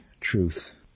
truth